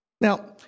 Now